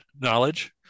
knowledge